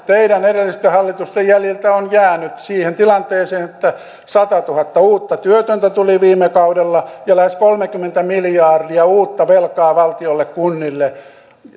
teidän edellisten hallitusten jäljiltä on jäänyt siihen tilanteeseen että satatuhatta uutta työtöntä tuli viime kaudella ja lähes kolmekymmentä miljardia uutta velkaa valtiolle ja kunnille